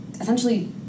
essentially